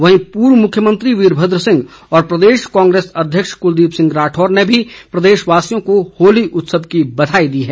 वहीं पूर्व मुख्यमंत्री वीरभद्र सिंह और प्रदेश कांग्रेस अध्यक्ष कुलदीप राठौर ने भी प्रदेशवासियों को होली उत्सव की बधाई दी है